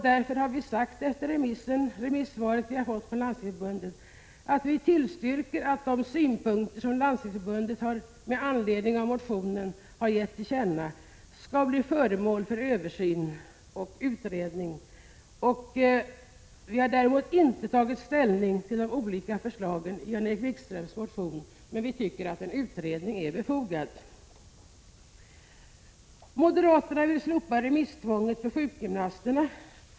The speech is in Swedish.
Därför har vi sagt, efter det remissvar vi har fått från Landstingsförbundet, att vi tillstyrker att de synpunkter som Landstingsförbundet med anledning av motionen har uttryckt skall bli föremål för översyn och utredning. Vi har däremot inte tagit ställning till de olika förslagen i Jan-Erik Wikströms motion, men vi tycker att en utredning är befogad. Moderaterna vill slopa remisstvånget för sjukgymnasterna.